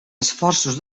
esforços